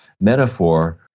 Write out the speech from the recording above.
metaphor